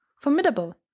formidable